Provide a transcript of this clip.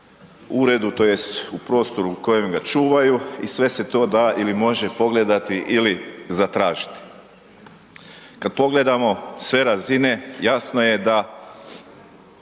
uredu, tj. u prostoru kojem ga čuvaju i sve se to da ili može pogledati ili zatražiti. Kad pogledamo sve razine, jasno je da